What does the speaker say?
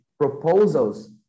proposals